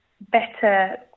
better